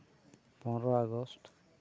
ᱯᱚᱱᱨᱚ ᱟᱜᱚᱥᱴ